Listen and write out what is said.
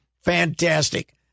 fantastic